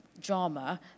drama